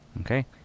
Okay